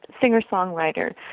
singer-songwriter